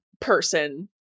person